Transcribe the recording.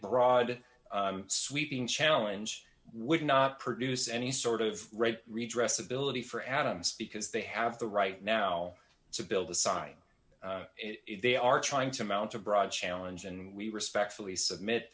broad sweeping challenge would not produce any sort of right redress ability for adams because they have the right now to build a side they are trying to mount a broad challenge and we respectfully submit